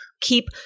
keep